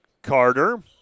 Carter